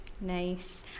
Nice